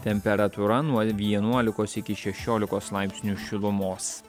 temperatūra nuo vienuolikos iki šešiolikos laipsnių šilumos